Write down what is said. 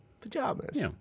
Pajamas